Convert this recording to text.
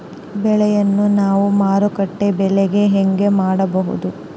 ಬೆಳೆಯನ್ನ ನಾವು ಮಾರುಕಟ್ಟೆ ಬೆಲೆಗೆ ಹೆಂಗೆ ಮಾರಬಹುದು?